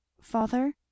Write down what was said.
Father